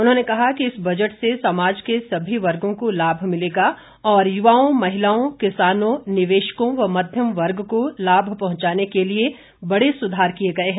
उन्होंने कहा कि इस बजट से समाज के सभी वर्गों को लाभ मिलेगा और युवाओं महिलाओं किसानों निवेशकों व मध्यम वर्ग को लाभ पहुंचाने के लिए बड़े सुधार किए गए हैं